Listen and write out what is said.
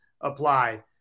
apply